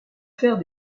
faire